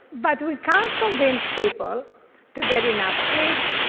but we can't convince people to get enough sleep,